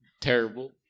Terrible